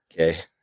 okay